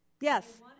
yes